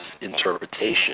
interpretation